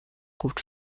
gut